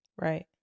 Right